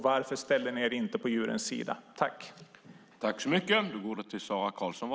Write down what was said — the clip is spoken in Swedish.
Varför ställde ni er inte på djurens sida?